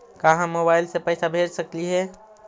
का हम मोबाईल से पैसा भेज सकली हे?